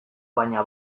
baina